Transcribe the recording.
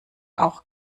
auch